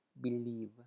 believe